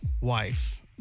wife